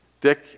Dick